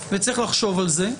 וצריך לחשוב על זה.